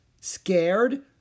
Scared